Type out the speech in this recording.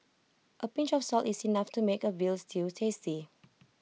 A pinch of salt is enough to make A Veal Stew tasty